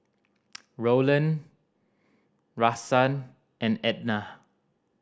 Rowland Rahsaan and Ednah